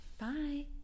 bye